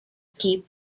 keep